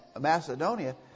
Macedonia